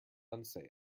unsay